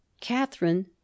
Catherine